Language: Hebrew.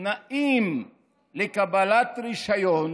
תנאים לקבלת רישיון